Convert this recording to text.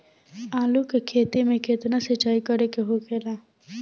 आलू के खेती में केतना सिंचाई करे के होखेला?